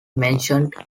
mentioned